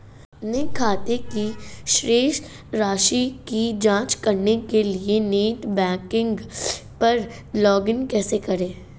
अपने खाते की शेष राशि की जांच करने के लिए नेट बैंकिंग पर लॉगइन कैसे करें?